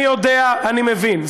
אני יודע, אני מבין.